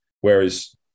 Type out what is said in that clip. Whereas